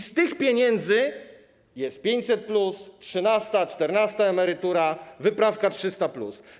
Z tych pieniędzy jest 500+, trzynasta, czternasta emerytura, wyprawka 300+.